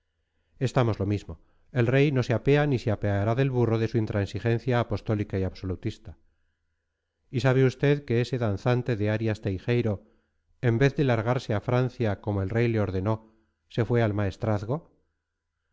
estamos lo mismo el rey no se apea ni se apeará del burro de su intransigencia apostólica y absolutista y sabe usted que ese danzante de arias teijeiro en vez de largarse a francia como el rey le ordenó se fue al maestrazgo